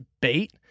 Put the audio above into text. bait